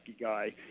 guy